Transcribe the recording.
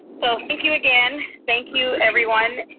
so thank you again. thank you everyone.